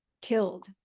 killed